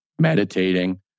meditating